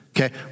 okay